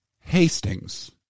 hastings